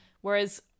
whereas